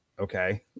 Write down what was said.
Okay